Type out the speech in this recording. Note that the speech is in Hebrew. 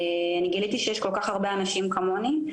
אני גיליתי שיש כל כך הרבה אנשים כמוני,